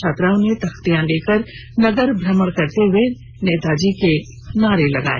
छात्रों ने तख्ती लेकर नगर भ्रमण करते हुए नेताजी के नारे लगाए